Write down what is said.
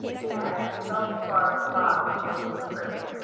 the annex is up as far as the bottom, waiting for cribbing.